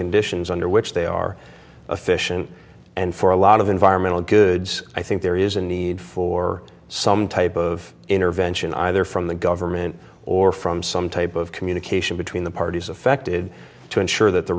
conditions under which they are efficient and for a lot of environmental goods i think there is a need for some type of intervention either from the government or from some type of communication between the parties affected to ensure that the